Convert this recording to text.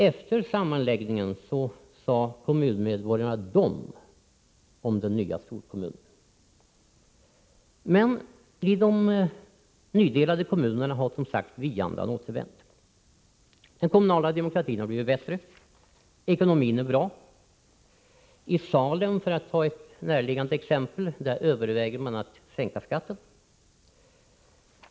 Efter sammanläggningen sade kommunmedborgarna ”de” om den nya storkommunen. Men i de nydelade kommunerna har som sagt vi-andan återvänt. Den kommunala demokratin har blivit bättre, och ekonomin är bra. I Salem, för att ta ett näraliggande exempel, överväger man att sänka skatten.